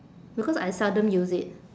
because I seldom use it